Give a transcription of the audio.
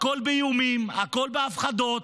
הכול באיומים, הכול בהפחדות,